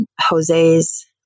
Jose's